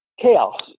Chaos